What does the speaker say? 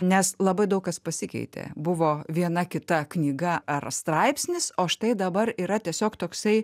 nes labai daug kas pasikeitė buvo viena kita knyga ar straipsnis o štai dabar yra tiesiog toksai